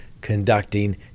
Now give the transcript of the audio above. conducting